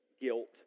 guilt